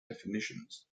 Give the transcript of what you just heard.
definitions